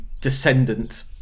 descendant